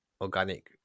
organic